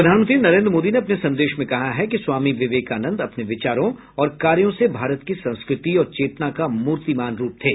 प्रधानमंत्री नरेन्द्र मोदी ने अपने संदेश मे कहा है कि स्वामी विवेकानंद अपने विचारों और कार्यों से भारत की संस्कृति और चेतना का मूर्तिमान रूप थे